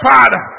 Father